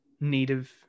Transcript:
native